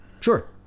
Sure